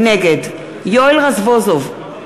נגד יואל רזבוזוב,